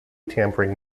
tampering